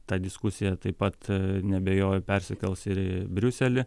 ta diskusija taip pat neabejoju persikels ir į briuselį